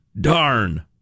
darn